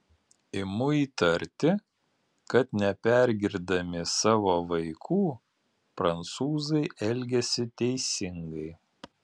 imu įtarti kad nepergirdami savo vaikų prancūzai elgiasi teisingai